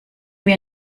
wir